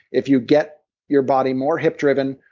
if you get your body more hip-driven,